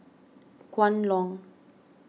Kwan Loong